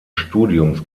studiums